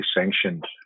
sanctioned